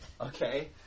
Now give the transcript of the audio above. okay